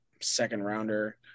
second-rounder